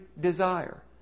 desire